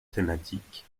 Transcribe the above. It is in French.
thématique